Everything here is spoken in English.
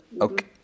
Okay